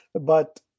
But-